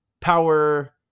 Power